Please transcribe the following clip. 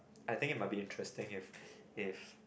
I think it might be interesting if if